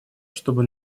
чтобы